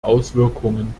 auswirkungen